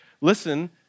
listen